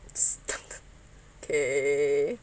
stuck K